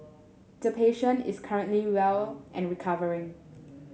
the patient is currently well and recovering